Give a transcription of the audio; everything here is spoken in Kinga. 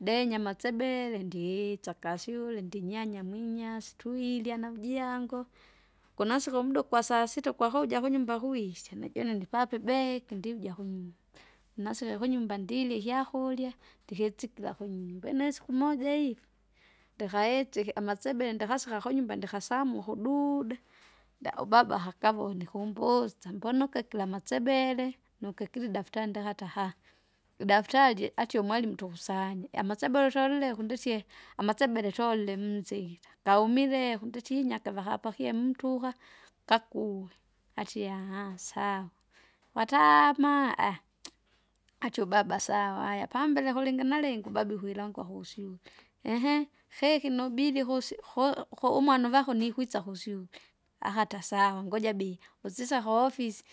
Denyama amasebele ndiisya akasyule ndinyanya mwinyasi tuilya najango, kunasiku umda ukwa sasita kwakuja kunyumba kuisya najune ndipape ibeki ndiuja kunyumba. Nasike kunyumba ndilya ikyakurya, ndikitsikira kunyumba ine isiku moja iji? ndikaetse amasebele ndikahasaka kunyumba ndikasaka ndikamuka ududa, nda- ubaba akakavone kumbotsa mbonoke kira masebele, nukukira idaftari ndihata haa! idaftari atie umwalimu tukusanye amasebele utaulileku nditye, amasenbele tolile mzikita, kaumile kunditinyake vakapakie mtuha kakue, atie ahaa! sawa. Wataama aaha! achu ubaba sawa haya pambele kulini nalingi ubaba ikwilangwa kusyule, eehe feki nubili kusyu- ku- kuumwana uvako nkwisa kusyule, akata sawa ngoja bi- usisaka wofisi.